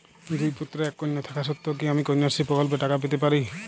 দুই পুত্র এক কন্যা থাকা সত্ত্বেও কি আমি কন্যাশ্রী প্রকল্পে টাকা পেতে পারি?